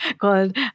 called